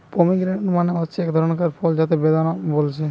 pomegranate মানে হচ্ছে একটা ধরণের ফল যাকে বেদানা বলছে